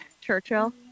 Churchill